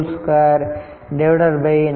922 44